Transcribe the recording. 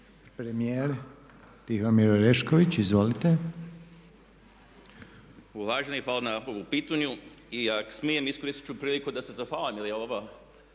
izvolite. **Orešković, Tihomir** Uvaženi hvala na ovom pitanju. I ako smijem, iskoristiti ću priliku da se zahvalim